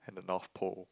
at the North Pole